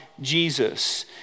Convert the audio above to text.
Jesus